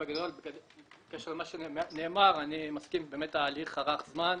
בקשר למה שנאמר, אני מסכים, ההליך ארך זמן,